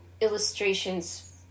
illustrations